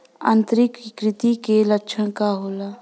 आंतरिक कृमि के लक्षण का होला?